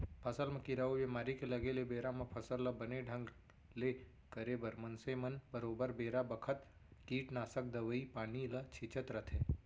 फसल म कीरा अउ बेमारी के लगे ले बेरा म फसल ल बने ढंग ले करे बर मनसे मन बरोबर बेरा बखत कीटनासक दवई पानी ल छींचत रथें